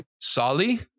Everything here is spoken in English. Sali